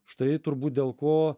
štai turbūt dėl ko